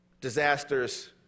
Disasters